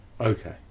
Okay